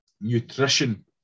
nutrition